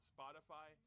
Spotify